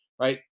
right